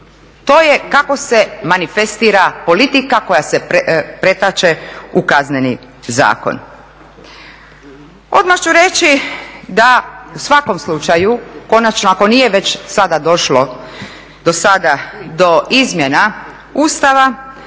To je kako se manifestira politika koja se pretače u Kazneni zakon. Odmah ću reći da u svakom slučaju, konačno ako nije već sada došlo do sada do izmjena Ustava